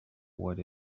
what